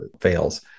fails